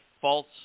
false